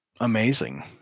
amazing